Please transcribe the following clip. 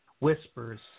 whispers